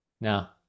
Now